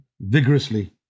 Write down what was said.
vigorously